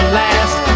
last